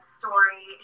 story